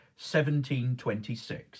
1726